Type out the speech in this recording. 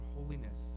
holiness